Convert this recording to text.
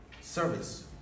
service